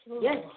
Yes